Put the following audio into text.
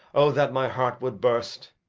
o that my heart would burst!